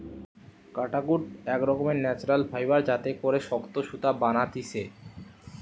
কাটাকুট এক রকমের ন্যাচারাল ফাইবার যাতে করে শক্ত সুতা বানাতিছে